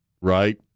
Right